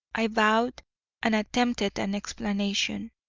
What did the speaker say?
i bowed and attempted an explanation.